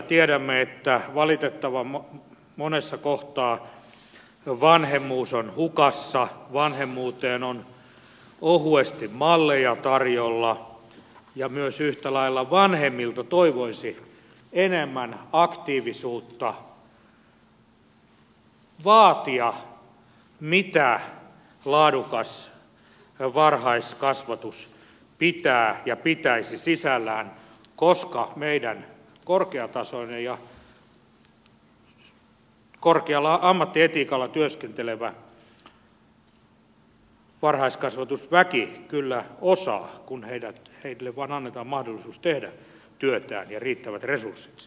tiedämme että valitettavan monessa kohtaa vanhemmuus on hukassa vanhemmuuteen on ohuesti malleja tarjolla ja myös yhtä lailla vanhemmilta toivoisi enemmän aktiivisuutta vaatia mitä laadukas varhaiskasvatus pitäisi sisällään koska meidän korkeatasoinen ja korkealla ammattietiikalla työskentelevä varhaiskasvatusväki kyllä osaa kun heille vain annetaan mahdollisuus tehdä työtään ja riittävät resurssit siihen